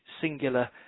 singular